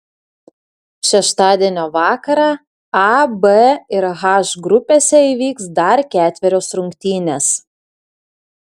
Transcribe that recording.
šeštadienio vakarą a b ir h grupėse įvyks dar ketverios rungtynės